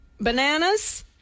Bananas